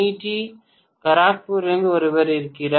D கரக்பூரிலிருந்து ஒருவர் இருக்கிறார்